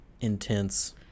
intense